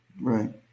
Right